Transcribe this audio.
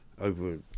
over